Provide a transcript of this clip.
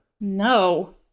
No